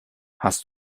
hast